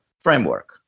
framework